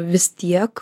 vis tiek